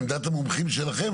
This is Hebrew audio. עמדת המומחים שלכם,